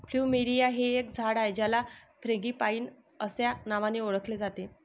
plumeria हे एक झाड आहे ज्याला फ्रँगीपानी अस्या नावानी ओळखले जाते